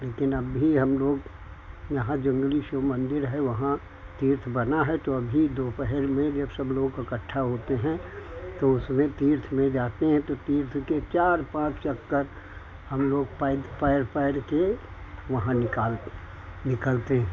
लेकिन अब भी हम लोग यहाँ ज़रूरी से मंदिर है वहाँ तीर्थ बना है तो अभी दोपहर में जब सब लोग इकठ्ठा होते हैं तो उसमें तीर्थ में जाते हैं तो तीर्थ के चार पाँच चक्कर हम लोग तैर तैर तैर कर वहाँ निकालते हैं निकलते हैं